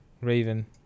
Raven